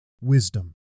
wisdom